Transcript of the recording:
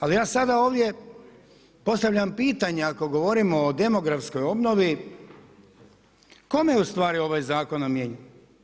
Ali ja sada ovdje postavljam pitanje ako govorimo o demografskoj obnovi kome je u stvari ovaj zakon namijenjen?